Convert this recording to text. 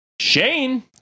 Shane